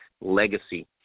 legacy